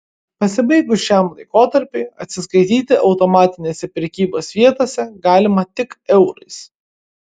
pasibaigus šiam laikotarpiui atsiskaityti automatinėse prekybos vietose galima tik eurais